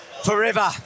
forever